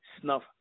snuff